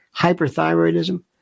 hyperthyroidism